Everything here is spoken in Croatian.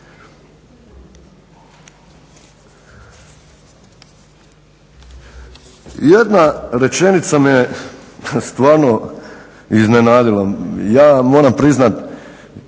Jedna rečenica me stvarno iznenadila. Ja moram priznat